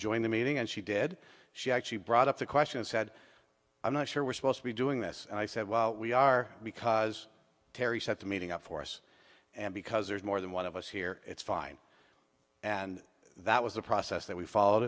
join the meeting and she did she actually brought up the question and said i'm not sure we're supposed to be doing this and i said well we are because terri said to meeting up for us and because there's more than one of us here it's fine and that was the process that we followed